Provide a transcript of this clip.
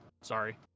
Sorry